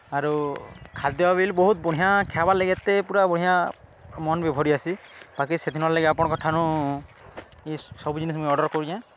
ଆରୁ ଖାଦ୍ୟ ବିଲ୍ ବହୁତ୍ ବଢ଼ିଁଆ ଖାଏବାର୍ ଲାଗି ଏତେ ପୁରା ବଢ଼ିଆ ମନ୍ ଭରି ଯାଏସି ବାକି ସେ ଦିନର୍ ଲାଗି ଆପଣ୍କର୍ଠାନୁ ଇ ସବୁ ଜିନିଷ୍ ମୁଇଁ ଅର୍ଡ଼ର୍ କରୁଚେଁ